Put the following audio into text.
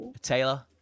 Taylor